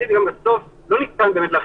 שאנשים בסוף יקבלו מיתוג,